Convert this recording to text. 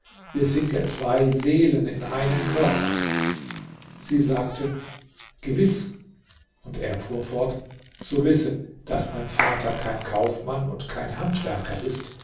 wir sind ja zwei seelen in einem körper sie sagte gewiß und er fuhr fort so wisse daß mein vater kein kaufmann und kein handwerker ist